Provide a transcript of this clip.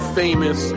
famous